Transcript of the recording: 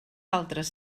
altres